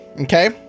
okay